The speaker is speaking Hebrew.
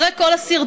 אחרי כל הסרטונים,